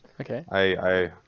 okay